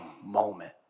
moment